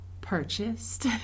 purchased